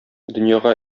дөньяга